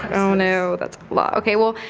no no that's like okay. well.